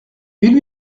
mille